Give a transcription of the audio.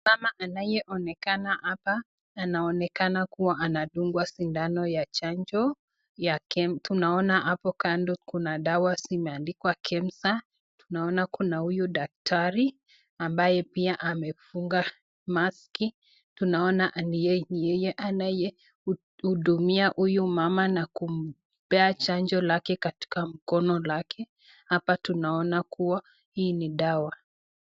Mama anayeonekana hapa anaonekana kua anadungwa sindano ya chanjo yake. Tunaona hapo kando kuna dawa zimeandikwa kemsa, tunaona kuna huyo daktari ambaye pia amefunga [Mask]. Tunaona ni yeye anaye hudumia huyu mama na kumpea chanjo lake katika mkono lake. Hapa tunaona kua hii ni dawa.